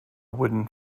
wooden